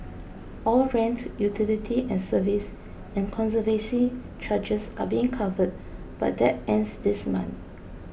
all rent utility and service and conservancy charges are being covered but that ends this month